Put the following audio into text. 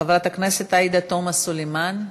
חברת הכנסת עאידה תומא סלימאן.